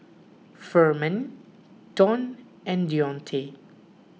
Furman Donn and Deontae